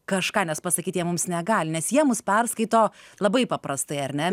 kažką nes pasakyti jie mums negali nes jie mus perskaito labai paprastai ar ne